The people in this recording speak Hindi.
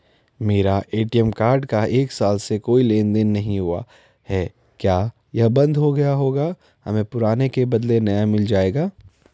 मेरा ए.टी.एम कार्ड का एक साल से कोई लेन देन नहीं हुआ है क्या यह बन्द हो गया होगा हमें पुराने के बदलें नया मिल जाएगा?